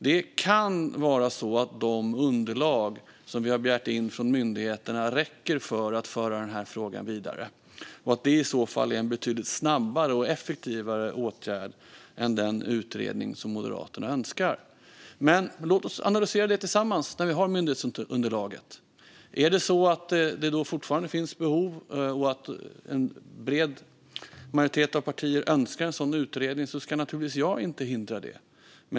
Det kan vara så att de underlag som vi har begärt in från myndigheterna räcker för att föra denna fråga vidare och att det i så fall är en betydligt snabbare och effektivare åtgärd än den utredning som Moderaterna önskar. Men låt oss analysera det tillsammans när vi har myndighetsunderlaget. Är det så att det då fortfarande finns behov och att en bred majoritet av partierna önskar en sådan utredning ska jag givetvis inte hindra det.